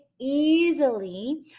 easily